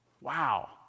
Wow